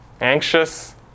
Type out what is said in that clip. anxious